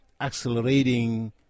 accelerating